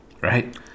right